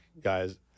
guys